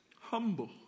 humble